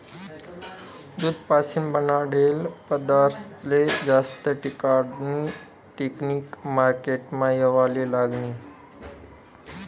दूध पाशीन बनाडेल पदारथस्ले जास्त टिकाडानी टेकनिक मार्केटमा येवाले लागनी